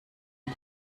you